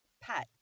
Pat